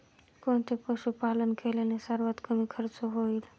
कोणते पशुपालन केल्याने सर्वात कमी खर्च होईल?